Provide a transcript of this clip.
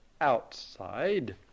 outside